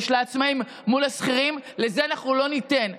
את זה אנחנו לא ניתן.